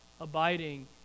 abiding